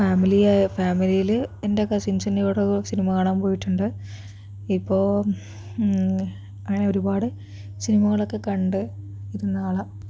ഫാമിലിയ ഫാമിലിയിൽ എൻ്റെ കസിൻസിൻ്റെ കൂടെ സിനിമ കാണാൻ പോയിട്ടുണ്ട് ഇപ്പോൾ അങ്ങനെ ഒരുപാട് സിനിമകളൊക്കെ കണ്ടിരുന്ന ആളാണ്